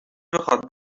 بخواد